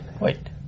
Wait